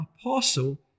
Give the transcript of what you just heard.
apostle